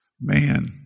man